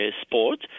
sport